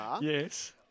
Yes